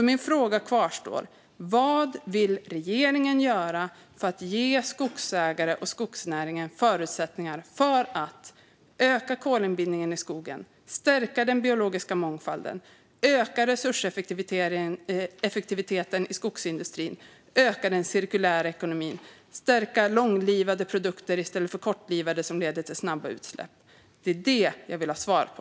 Min fråga kvarstår alltså: Vad vill regeringen göra för att ge skogsägare och skogsnäring förutsättningar för att öka kolinbindningen i skogen, stärka den biologiska mångfalden, öka resurseffektiviteten i skogsindustrin, öka den cirkulära ekonomin och stärka långlivade produkter i stället för kortlivade som leder till snabba utsläpp? Herr ålderspresident! Det är detta jag vill ha svar på.